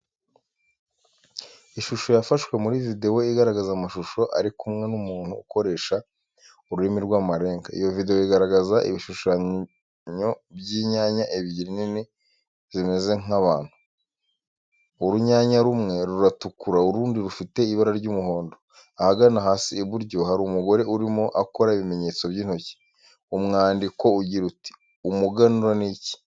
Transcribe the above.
Ishusho yafashwe muri videwo, igaragaza amashusho ari kumwe n'umuntu ukoresha ururimi rw'amarenga. Iyo videwo igaragaza ibishushanyo by'inyanya ebyiri nini, zimeze nk'abantu. Urunyanya rumwe ruratukura, urundi rufite ibara ry'umuhondo. Ahagana hasi iburyo, hari umugore urimo akora ibimenyetso by'intoki. Umwandiko ugira uti:"Umuganura ni iki?"